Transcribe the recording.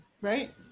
right